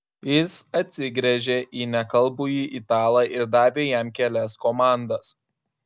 jis atsigręžė į nekalbųjį italą ir davė jam kelias komandas